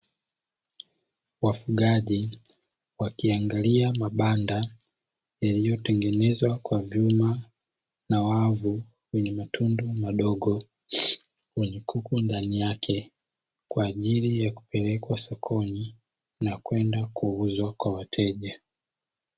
Wafugaji wakiangalia mabanda yaliyotengenezwa kwa vyuma na wavu wenye matundu madogo, yenye kuku ndani yake kwa ajili ya kupelekwa sokoni na kwenda kuuzwa kwa wateja.